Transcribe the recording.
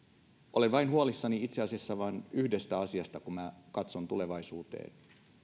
olen huolissani itse asiassa vain yhdestä asiasta kun katson tulevaisuuteen